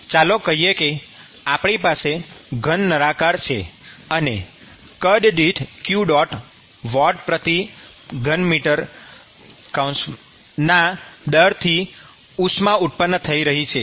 ચાલો કહીએ કે આપની પાસે ઘન નળાકાર છે અને કદદીઠ q વૉટમી૩ ના દરથી ઉષ્મા ઉત્પન્ન થઈ રહી છે